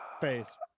Phase